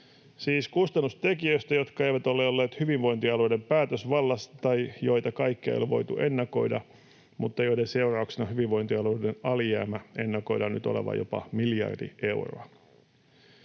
siis kustannustekijöistä, jotka eivät ole olleet hyvinvointialueiden päätösvallassa tai joita kaikkia ei ole voitu ennakoida mutta joiden seurauksena hyvinvointialueiden alijäämän ennakoidaan nyt olevan jopa miljardi euroa.